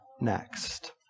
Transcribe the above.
next